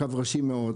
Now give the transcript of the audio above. קו ראשי מאוד,